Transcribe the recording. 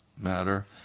matter